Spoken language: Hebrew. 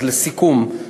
אז לסיכום,